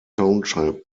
township